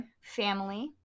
family